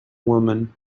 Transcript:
woman